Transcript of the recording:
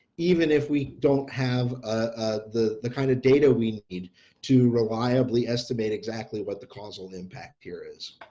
even if we don't have ah the the kind of data we need to reliably estimate exactly what the causal impact here is.